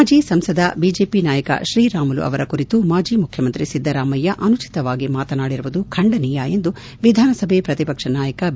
ಮಾಜಿ ಸಂಸದ ಬಿಜೆಪಿ ನಾಯಕ ಶ್ರೀ ರಾಮುಲು ಅವರ ಕುರಿತು ಮಾಜಿ ಮುಖ್ಯಮಂತ್ರಿ ಸಿದ್ದರಾಮಯ್ಯ ಅನುಚಿತವಾಗಿ ಮಾತನಾಡಿರುವುದು ಖಂಡನೀಯ ಎಂದು ವಿಧಾನ ಸಭೆ ಪ್ರತಿ ಪಕ್ಷದ ನಾಯಕ ಬಿ